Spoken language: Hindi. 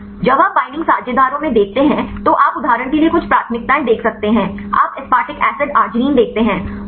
जब आप बईंडिंग साझेदारों में देखते हैं तो आप उदाहरण के लिए कुछ प्राथमिकताएं देख सकते हैं आप aspartic एसिड arginine देखते हैं